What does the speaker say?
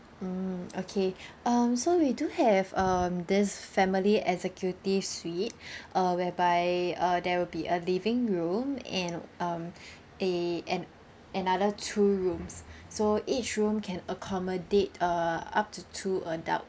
mm okay um so we do have um this family executive suite uh whereby uh there will be a living room and um a an~ another two rooms so each room can accommodate uh up to two adult